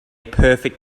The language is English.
perfect